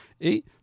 Et